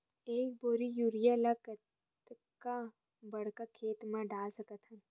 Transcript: एक बोरी यूरिया ल कतका बड़ा खेत म डाल सकत हन?